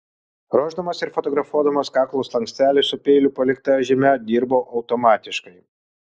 ruošdamas ir fotografuodamas kaklo slankstelį su peilio palikta žyme dirbau automatiškai